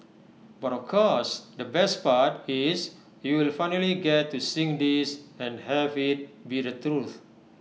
but of course the best part is you'll finally get to sing this and have IT be the truth